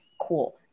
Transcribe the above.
cool